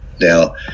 Now